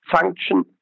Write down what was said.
function